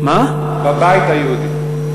בבית היהודי.